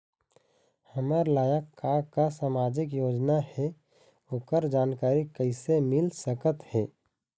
हमर लायक का का सामाजिक योजना हे, ओकर जानकारी कइसे मील सकत हे?